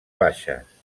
baixes